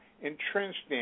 entrenched